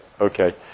Okay